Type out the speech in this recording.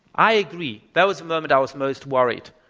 i agree. that was the moment i was most worried.